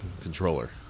controller